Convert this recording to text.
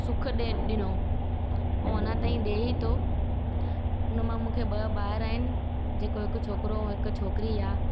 सुखु ॾे ॾिनऊं ऐं अञा ताईं ॾे ई थो उन मां मूंखे ॿ ॿार आहिनि जेको हिकु छोकिरो ऐं हिकु छोकिरी आहे